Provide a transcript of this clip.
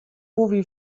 mówi